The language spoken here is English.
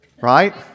right